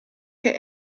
che